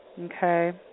Okay